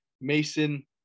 Mason